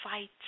fight